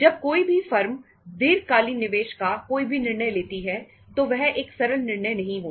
जब कोई भी फर्म दीर्घकालीन निवेश का कोई भी निर्णय लेती है तो वह एक सरल निर्णय नहीं होता